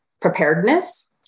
preparedness